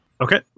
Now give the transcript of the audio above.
Okay